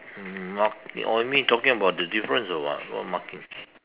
um marking oh you mean you talking about the difference or what what marking